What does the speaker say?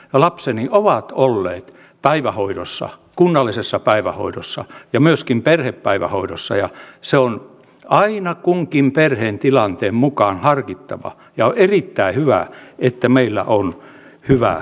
lapseni ovat olleet kunnallisessa päivähoidossa ja myöskin perhepäivähoidossa ja se on aina kunkin perheen tilanteen mukaan harkittava ja on erittäin hyvä että meillä on hyvä järjestelmä